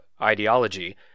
ideology